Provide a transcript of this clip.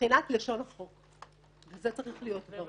מבחינת לשון החוק, וזה צריך להיות ברור.